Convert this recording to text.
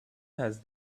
has